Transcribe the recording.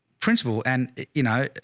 principal. and you know,